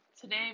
today